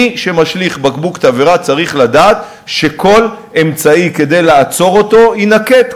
מי שמשליך בקבוק תבערה צריך לדעת שכל אמצעי לעצור אותו יינקט,